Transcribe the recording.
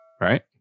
Right